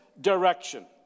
direction